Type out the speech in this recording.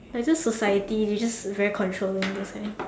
like those society they just very controlling those kind